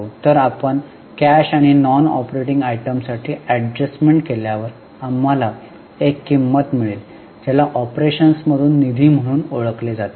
तर आपण कॅश आणि नॉन ऑपरेटिंग आयटमसाठी एडजस्टमेंट केल्यावर आम्हाला एक किंमत मिळेल ज्याला ऑपरेशन्समधून निधी म्हणून ओळखले जाते